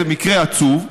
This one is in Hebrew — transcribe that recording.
זה מקרה עצוב,